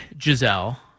Giselle